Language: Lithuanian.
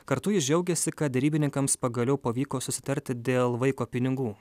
kartu jis džiaugiasi kad derybininkams pagaliau pavyko susitarti dėl vaiko pinigų